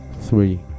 three